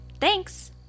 Thanks